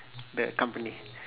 the company